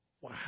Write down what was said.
wow